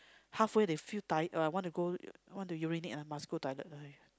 halfway they feel tired uh want to go want to urinate ah must go toilet !aiyo!